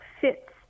fits